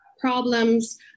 problems